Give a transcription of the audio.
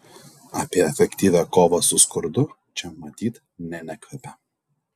apie efektyvią kovą su skurdu čia matyt ne nekvepia